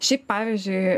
šiaip pavyzdžiui